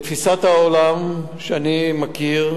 בתפיסת העולם שאני מכיר,